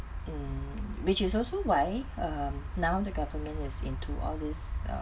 mm which is also why um now the government is into all this uh